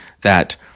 that-